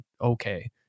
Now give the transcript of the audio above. okay